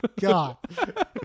God